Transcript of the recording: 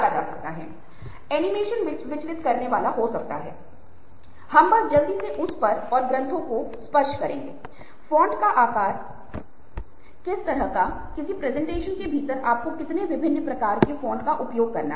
और यह सब कुछ हमारे जीवन के उन क्षणों के साथ हो रहा है जो हमारे पास हैं मीडिया के माध्यम से हमें module media software media application कहते हैं जो हम उपयोग करते रहते हैं